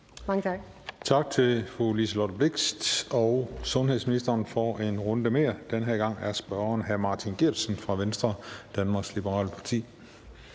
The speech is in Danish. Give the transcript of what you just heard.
gang tak